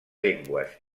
llengües